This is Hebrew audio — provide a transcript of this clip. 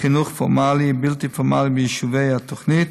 חינוך פורמלי ובלתי פורמלי ביישובי התוכנית.